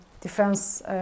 defense